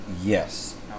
Yes